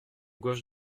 gauche